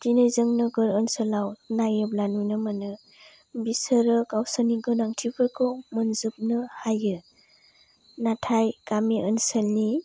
दिनै जों नोगोर ओनसोलाव नायोब्ला नुनो मोनो बिसोरो गावसोरनि गोनांथिफोरखौ मोनजोबनो हायो नाथाय गामि ओनसोलनि